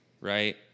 Right